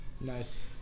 Nice